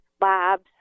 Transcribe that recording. labs